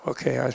Okay